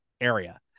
area